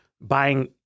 buying